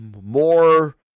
more